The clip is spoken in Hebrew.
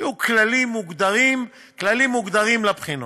יהיו כללים מוגדרים לבחינות.